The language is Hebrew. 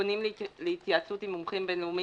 פונים להתייעצות עם מומחים בין-לאומיים.